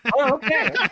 Okay